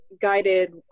guided